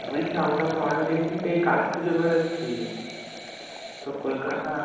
বলছি আমরা তো অনেক দিন থেকেই কাজ খুঁজে বেড়াচ্ছি তো কলকাতা